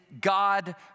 God